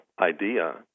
idea